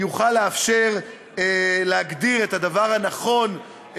יוכל לאפשר להגדיר את הדבר הנכון,